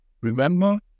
remember